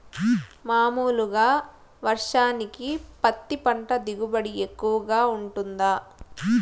మామూలుగా వర్షానికి పత్తి పంట దిగుబడి ఎక్కువగా గా వుంటుందా?